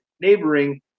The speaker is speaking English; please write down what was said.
neighboring